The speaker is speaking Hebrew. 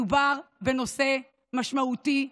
מדובר בנושא משמעותי,